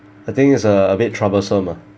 I think it's uh a bit troublesome ah